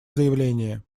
заявление